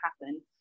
happen